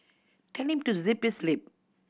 tell him to zip his lip